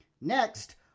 Next